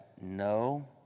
no